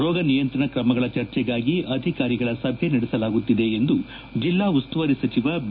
ರೋಗ ನಿಯಂತ್ರಣ ಕ್ರಮಗಳ ಚರ್ಚೆಗಾಗಿ ಅಧಿಕಾರಿಗಳ ಸಭೆ ನಡೆಸಲಾಗುತ್ತಿದೆ ಎಂದು ಜಿಲ್ಲಾ ಉಸ್ತುವಾರಿ ಸಚಿವ ಬಿ